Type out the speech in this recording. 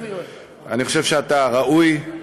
אני חושב שאתה ראוי, ירושלמי.